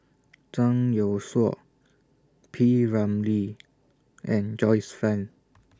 Zhang Youshuo P Ramlee and Joyce fan